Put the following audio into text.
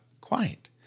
Quiet